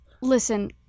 Listen